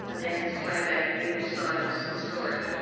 so the actors play back each side's story,